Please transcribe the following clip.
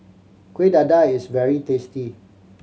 Kueh Dadar is very tasty